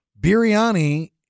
Biryani